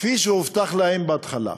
כפי שהובטח להם בהתחלה.